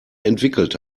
entwickelt